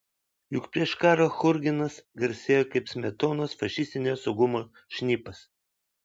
juk prieš karą churginas garsėjo kaip smetonos fašistinio saugumo šnipas